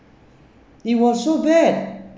it was so bad